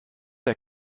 der